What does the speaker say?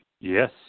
Yes